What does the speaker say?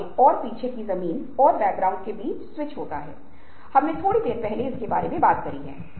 वह जीभ क्लीनर के 2 तरफ को मिलाकर O बना सकता है